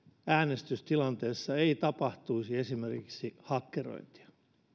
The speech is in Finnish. äänestystilanteessa ei tapahtuisi esimerkiksi hakkerointia